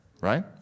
right